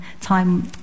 time